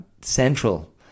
central